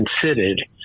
considered